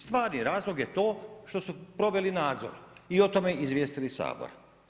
Stvarni razlog je to što su proveli nadzor i o tome izvijestili Sabor.